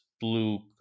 blue